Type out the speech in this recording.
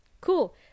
Cool